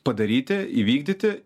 padaryti įvykdyti